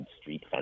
street